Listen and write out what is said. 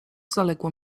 zaległo